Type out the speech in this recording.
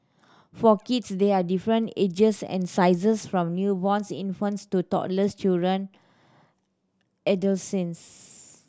for kids there are different ages and sizes from newborns infants to toddlers children